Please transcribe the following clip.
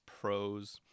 Pros